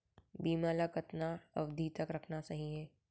बीमा ल कतना अवधि तक रखना सही हे?